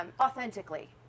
authentically